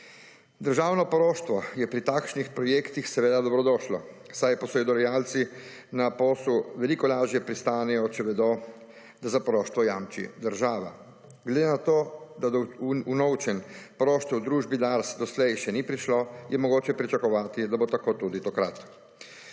Državno poroštvo je pri takšnih projektih seveda dobrodošlo, saj posojilodajalci na posel veliko lažje pristanejo, če vedo, da za poroštvo jamči država. Glede na to, da do unovčenj poroštva družbi Dars doslej še ni prišlo, je mogoče pričakovati, da bo tako tudi tokrat.